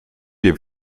les